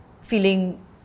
feeling